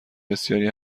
بسیاری